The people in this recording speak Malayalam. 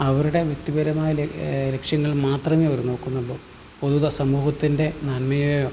അവരുടെ വ്യക്തിപരമായ ലക്ഷ്യങ്ങൾ മാത്രമേ അവര് നോക്കുന്നുള്ളു പൊതുവെ സമൂഹത്തിൻറ്റെ നന്മയെയോ